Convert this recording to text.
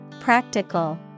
Practical